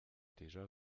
déjà